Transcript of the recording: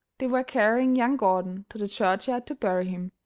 they were carrying young gordon to the church-yard to bury him.